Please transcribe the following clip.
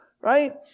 right